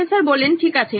professor ঠিক আছে